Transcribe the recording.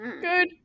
Good